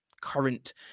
current